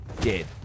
dead